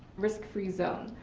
risk-free zone.